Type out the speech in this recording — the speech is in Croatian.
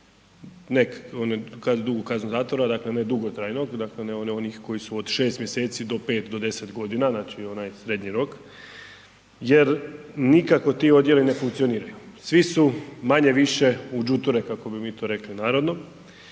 kad drugu kaznu zatvora, dakle ne dugotrajnog, dakle ne onih koji su od 6 mjeseci do 5, do 10.g., znači onaj srednji rok jer nikako ti odjeli ne funkcioniraju, svi su manje-više u uđuture kako bi mi to rekli narodno